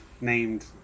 named